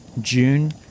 June